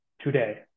today